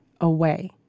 away